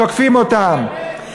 תוקפים אותם.